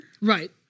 Right